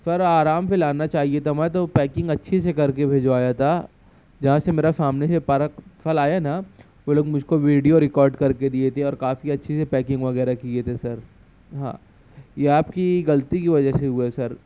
سر آرام سے لانا چاہیے تھا میں تو پیکنگ اچھی سے کر کے بھجوایا تھا جہاں سے میرا سامنے سے پارک نا وہ لوگ مجھ کو ویڈیو ریکارڈ کر کے دیے تھے اور کافی اچھے سے پیکنگ وغیرہ کیے تھے سر ہاں یہ آپ کی غلطی کی وجہ سے ہوا ہے سر